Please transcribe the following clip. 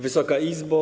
Wysoka Izbo!